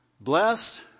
Blessed